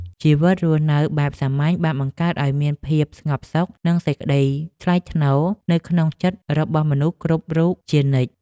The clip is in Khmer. ជីវិតរស់នៅបែបសាមញ្ញបានបង្កើតឱ្យមានភាពស្ងប់សុខ និងសេចក្ដីថ្លៃថ្នូរនៅក្នុងចិត្តរបស់មនុស្សគ្រប់រូបជានិច្ច។